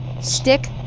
stick